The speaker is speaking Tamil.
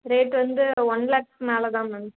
ரேட்டு வந்து ஒன் லேக்கு மேலே தான் மேம்